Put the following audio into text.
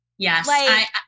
Yes